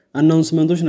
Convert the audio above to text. announcement